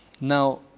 now